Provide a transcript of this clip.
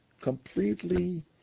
completely